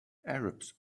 arabs